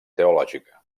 teològica